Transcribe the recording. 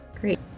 Great